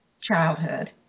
childhood